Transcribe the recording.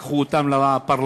לקחו אותם לפרלמנט,